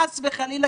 חס וחלילה,